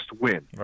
win